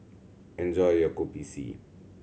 enjoy your Kopi C